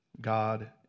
God